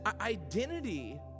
identity